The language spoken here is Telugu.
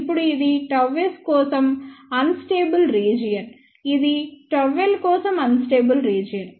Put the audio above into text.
ఇప్పుడు ఇది Γsకోసం అన్ స్టేబుల్ రీజియన్ ఇది ΓL కోసం అన్ స్టేబుల్ రీజియన్